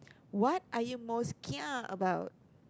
what are you most kia about